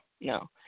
no